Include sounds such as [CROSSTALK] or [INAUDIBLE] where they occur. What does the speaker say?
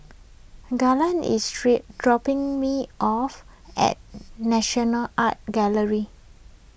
Garland is [UNINTELLIGIBLE] dropping [NOISE] me off at National Art Gallery